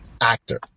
actor